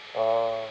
orh